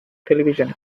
television